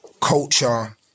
culture